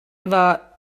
war